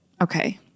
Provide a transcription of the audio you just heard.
okay